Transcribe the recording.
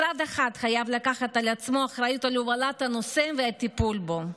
משרד אחד חייב לקחת על עצמו את האחריות להובלת הנושא והטיפול בו.